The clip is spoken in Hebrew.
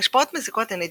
השפעות מזיקות הן נדירות,